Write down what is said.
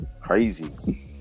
crazy